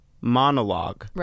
monologue